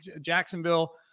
Jacksonville